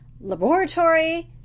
laboratory